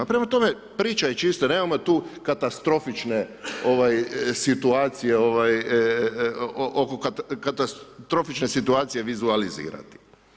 Prema tome, priča je čista, nemamo tu katastrofične situacije, oko katastrofične situacije vizualizirati.